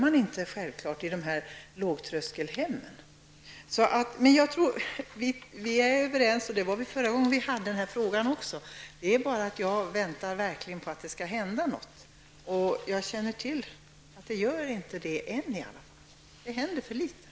Det är inte självklart att man får det i dessa lågtröskelhem. Vi är överens i den här frågan, och det var också förra gången vi debatterade frågan. Men jag väntar på att det skall hända något, och såvitt jag känner till har det inte hänt någonting än. Det händer för litet.